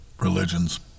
religions